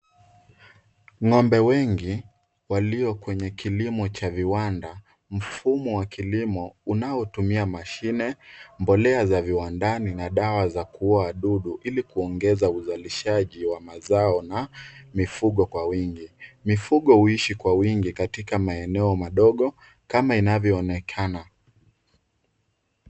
Ng'ombe wengi walio kwenye kilimo cha viwanda. Mfumo wa kilimo unaotumia mashine, mbolea za viwandani, na dawa za kuua wadudu, ili kuongeza uzalishaji wa mazao na mifugo kwa wingi. Mifugo huishi kwa wingi katika maeneo madogo, kama inavyoonekana.